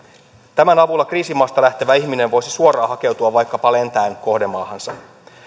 tämän avulla kriisimaasta lähtevä ihminen voisi suoraan hakeutua vaikkapa lentäen kohdemaahansa